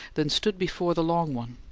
then stood before the long one.